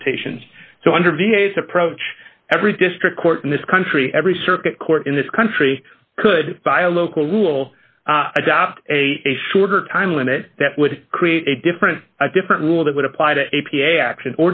limitations so under v a s approach every district court in this country every circuit court in this country could by a local rule adopt a shorter time limit that would create a different a different rule that would apply to a p